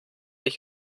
ich